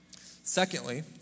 Secondly